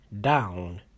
down